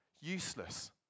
useless